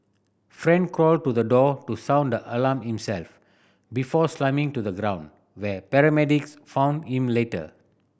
Fan crawled to the door to sound the alarm himself before slumping to the ground where paramedic found him later